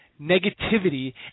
negativity –